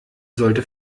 sollte